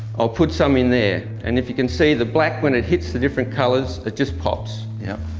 i'll put some in there. and if you can see the black when it hits the different colors it just pops. yep.